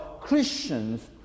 Christians